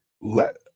let